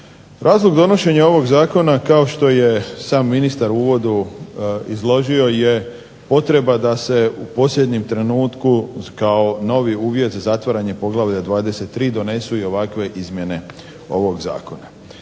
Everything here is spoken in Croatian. Razlog donošenja ovog Zakona kao što je sam ministar u uvodu izložio je potreba da se u posljednjem trenutku kao novi uvjet za zatvaranje poglavlja 23. donesu ovakve izmjene ovog Zakona.